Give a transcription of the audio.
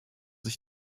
sich